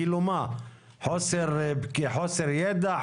זה חוסר ידע?